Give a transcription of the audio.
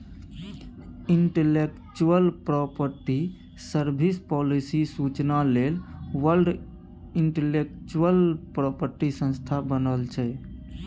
intellectual property service, policy सुचना लेल world intellectual property संस्था बनल छै